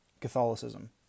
Catholicism